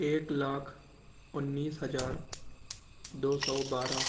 ایک لاکھ انیس ہجار دو سو بارہ